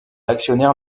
actionnaire